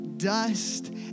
dust